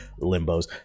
limbos